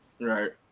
right